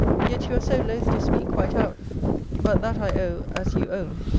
yet you are so loth to speak quite out but that i owe, as you own,